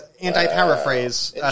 anti-paraphrase